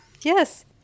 Yes